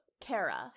Kara